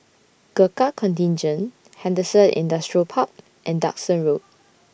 Gurkha Contingent Henderson Industrial Park and Duxton Road